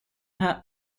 her